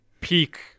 peak